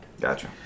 Gotcha